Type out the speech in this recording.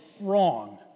wrong